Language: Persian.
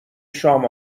شام